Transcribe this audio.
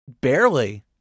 barely